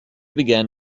began